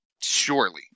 surely